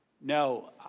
no.